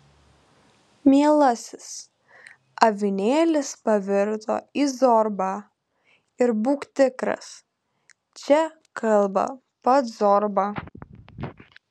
mielasis avinėlis pavirto į zorbą ir būk tikras čia kalba pats zorba